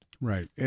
Right